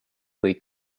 kui